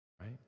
right